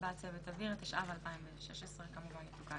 הצבעת צוות אוויר), התשע"ו 2016 כמובן יתוקן.